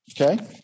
okay